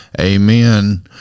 amen